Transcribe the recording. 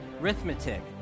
Arithmetic